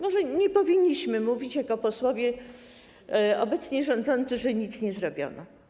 Może nie powinniśmy mówić jako posłowie obecnie rządzący, że nic nie zrobiono.